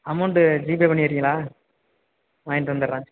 amount GPay பண்ணிவிட்றீங்களா வாங்கிகிட்டு வந்து விட்றேன்